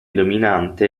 dominante